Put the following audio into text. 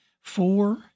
four